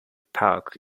park